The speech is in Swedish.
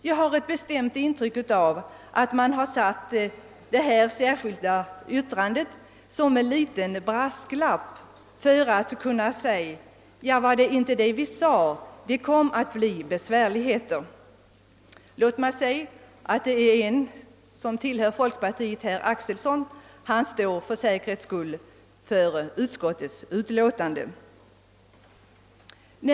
Jag har ett bestämt intryck av att man avgivit detta särskilda yttrande som en liten brasklapp för att sedan kunna säga: Ja, var det inte det vi sade? Det blev besvärligheter! Låt mig nämna att en folkpartirepresentant, herr Axelson, för säkerhets skull står för utskottets utlåtande.